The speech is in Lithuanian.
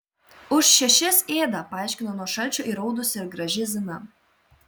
už šešis ėda paaiškino nuo šalčio įraudusi ir graži zina